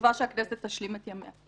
בתקווה שהכנסת תשלים את ימיה.